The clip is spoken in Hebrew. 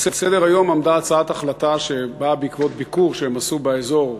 על סדר-היום עמדה הצעת החלטה שבאה בעקבות ביקור שהם עשו באזור,